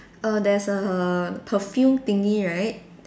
err there's a perfume thingy right